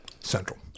Central